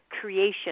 creation